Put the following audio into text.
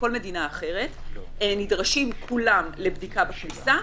כל מדינה אחרת נדרשים כולם לבדיקה בכניסה.